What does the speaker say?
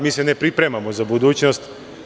Mi se ne pripremamo za budućnost.